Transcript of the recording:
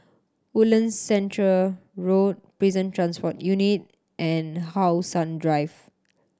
Woodlands Centre Road Prison Transport Unit and How Sun Drive